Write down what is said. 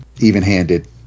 even-handed